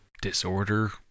disorder